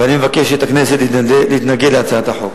ואני מבקש מהכנסת להתנגד להצעת החוק.